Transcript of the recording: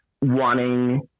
wanting